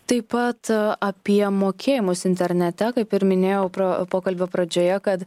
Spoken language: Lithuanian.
taip pat apie mokėjimus internete kaip ir minėjau pro pokalbio pradžioje kad